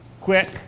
quick